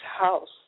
house